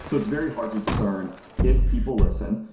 so it's very hard to discern if people listen.